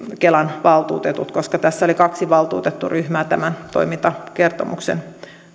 kelan valtuutetut koska tässä oli kaksi valtuutetturyhmää tämän toimintakertomuksen